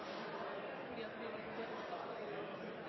at vi ikke fikk lov av